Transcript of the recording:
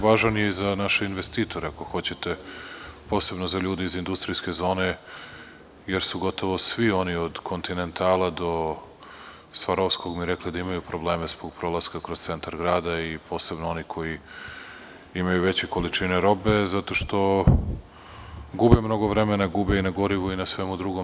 Važan je i za naše investitore, ako hoćete, posebno za ljude iz industrijske zone, jer su gotovo svi oni od Kontinentala do Svarovskog mi rekli da imaju probleme zbog prolaska kroz centar grada, a posebno oni koji imaju veće količine robe, zato što gube mnogo vremena, gube i na gorivu i na svemu drugom.